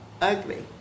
ugly